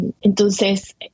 Entonces